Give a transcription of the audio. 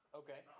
okay